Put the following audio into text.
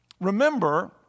Remember